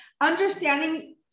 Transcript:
understanding